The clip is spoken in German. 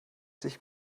sich